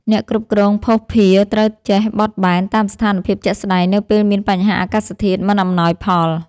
អ្នកគ្រប់គ្រងភស្តុភារត្រូវចេះបត់បែនតាមស្ថានភាពជាក់ស្តែងនៅពេលមានបញ្ហាអាកាសធាតុមិនអំណោយផល។